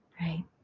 right